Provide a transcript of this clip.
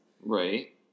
right